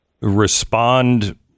respond